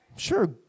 Sure